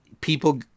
people